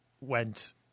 went